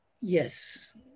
Yes